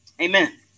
Amen